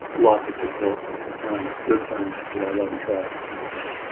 lots of support lots of friends good friends who i love and trust and